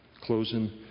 Closing